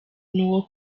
n’uwo